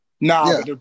No